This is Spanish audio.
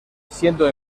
siendo